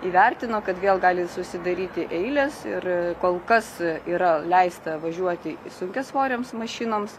įvertino kad vėl gali susidaryti eilės ir kol kas yra leista važiuoti sunkiasvorėms mašinoms